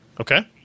Okay